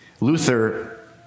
Luther